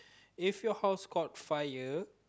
if your house caught fire